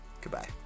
Goodbye